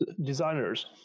designers